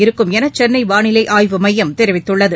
இருக்கும் எனசென்னைவானிலைஆய்வு மையம் தெரிவித்துள்ளது